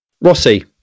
Rossi